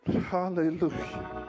Hallelujah